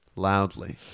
Loudly